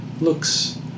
Looks